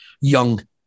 young